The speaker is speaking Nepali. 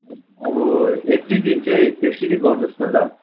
अब एक दुई दिन चाहिँ त्यसरी गर्नुहोस् न ल